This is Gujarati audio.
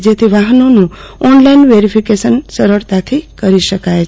જેથી વાહનોનું ઓનલાઈન વેરીફિકેશન સરળતાથી કરી શકાય છે